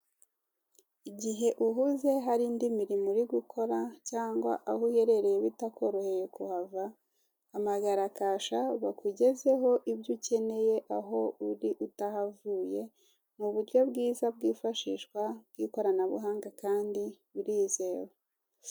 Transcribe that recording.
Igihe uhuze hari indi mirimo uri gukora cyangwa aho uherereye bitakoroheye kuhava hamagara kasha bakugezeho ibyo ukeneye aho uri utahavuye ni uburyo bwiza bwifashishwa bw'ikoranabuhanga kandi burizewe.